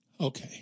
Okay